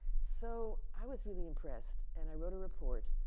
so, i was really impressed. and i wrote a report.